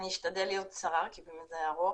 אני אשתדל להיות קצרה, כי באמת זה היה ארוך.